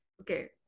Okay